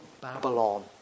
babylon